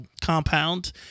compound